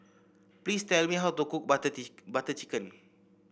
please tell me how to cook Butter Butter Chicken